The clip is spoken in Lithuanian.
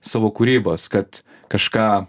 savo kūrybos kad kažką